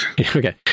Okay